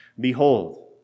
Behold